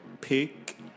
pick